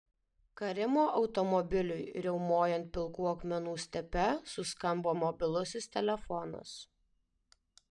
karimo automobiliui riaumojant pilkų akmenų stepe suskambo mobilusis telefonas